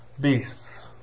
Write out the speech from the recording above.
beasts